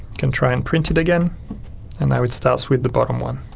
can try and print it again and now it starts with the bottom one.